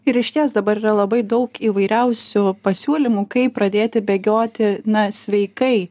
ir išties dabar yra labai daug įvairiausių pasiūlymų kaip pradėti bėgioti na sveikai